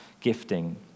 gifting